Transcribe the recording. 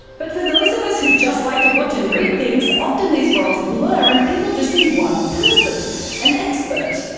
but for those of us who just like to watch and read things, often these roles blur and people just see one person an expert.